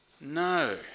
no